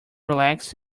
relax